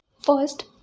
First